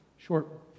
short